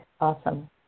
Awesome